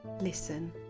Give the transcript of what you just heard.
listen